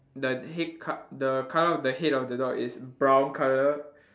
the head col~ the colour of the head of the dog is brown colour